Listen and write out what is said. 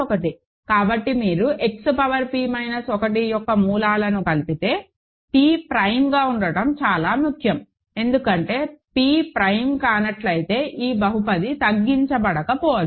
కాబట్టి మీరు X power p minus 1 యొక్క మూలాలను కలిపితే p ప్రైమ్ గా ఉండటం చాలా ముఖ్యం ఎందుకంటే pప్రైమ్ కానట్లయితే ఈ బహుపది తగ్గించబడకపోవచ్చు